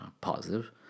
positive